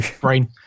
brain